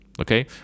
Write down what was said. okay